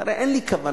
הרי אין לי כוונה,